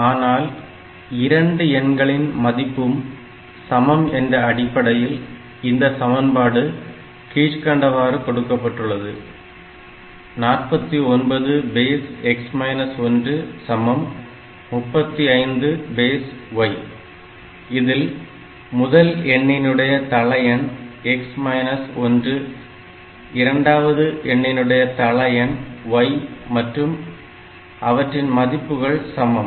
ஆனால் இரண்டு எண்களின் மதிப்பும் சமம் என்ற அடிப்படையில் இந்த சமன்பாடு கீழ்க்கண்டவாறு கொடுக்கப்பட்டுள்ளது x 1 y இதில் முதல் எண்ணினுடைய தள எண் x 1 இரண்டாவது எண்ணினுடைய தள எண் y மற்றும் அவற்றின் மதிப்புகள் சமம்